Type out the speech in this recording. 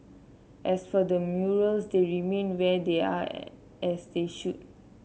as for the murals they remain where they are as they should